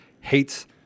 hates